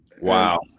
Wow